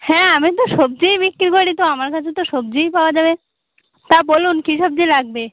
হ্যাঁ আমি তো সবজিই বিক্রি করি তো আমার কাছে তো সবজিই পাওয়া যাবে তা বলুন কি সবজি লাগবে